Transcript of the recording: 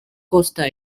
costa